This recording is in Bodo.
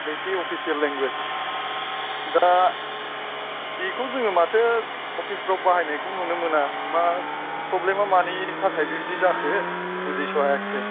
नैथि अफिसियेल लेंगुवेज दा बेखौ जों माथो अफिसफोराव बाहायनायखौनो नुनो मोना मा प्रब्लेमआ मानि थाखाय बेबायदि जाखो बुजिस' हायासै